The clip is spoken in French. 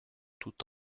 tout